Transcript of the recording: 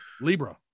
Libra